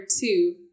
two